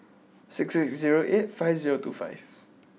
six six zero eight five zero two five